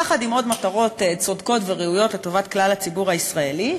יחד עם עוד מטרות צודקות וראויות לטובת כלל הציבור הישראלי,